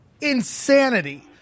insanity